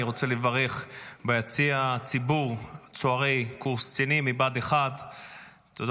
אני רוצה לברך את צוערי קורס הקצינים מבה"ד 1 שביציע הציבור.